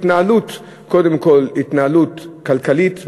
קודם כול התנהלות כלכלית,